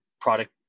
product